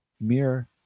mere